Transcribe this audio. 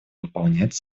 выполнять